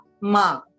Ma